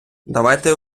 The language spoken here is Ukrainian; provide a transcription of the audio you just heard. давайте